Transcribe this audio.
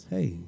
Hey